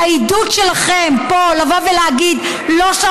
והעידוד שלכם פה, לבוא ולהגיד, מי החברים שלי?